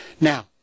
Now